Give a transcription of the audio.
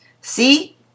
See